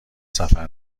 سفر